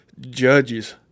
judges